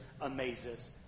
amazes